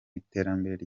iterambere